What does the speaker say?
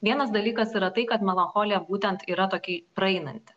vienas dalykas yra tai kad melancholija būtent yra tokiai praeinanti